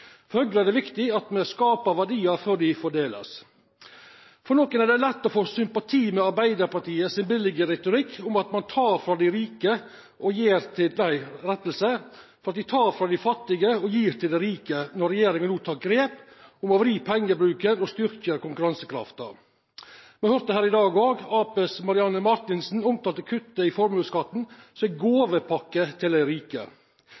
For Høgre er det viktig at me skapar verdiar før dei vert fordelte. For nokre er det lett å få sympati med Arbeidarpartiet sin billege retorikk, at ein tek frå dei fattige og gjev til dei rike, når regjeringa no tek grep for å vri pengebruken og styrkja konkurransekrafta. Me høyrde her i dag at Marianne Marthinsen frå Arbeidarpartiet omtalte kuttet i formuesskatten som ei gåvepakke til dei rike.